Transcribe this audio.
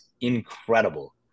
incredible